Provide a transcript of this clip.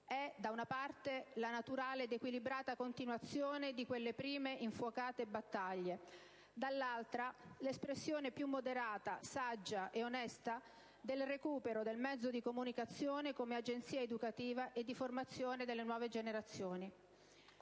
è, da una parte, la naturale ed equilibrata continuazione di quelle prime infuocate battaglie; dall'altra, l'espressione più moderata, saggia e onesta del recupero del mezzo di comunicazione come agenzia educativa e di formazione delle nuove generazioni.